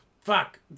Fuck